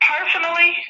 Personally